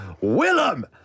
Willem